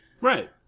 Right